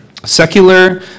Secular